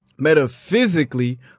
Metaphysically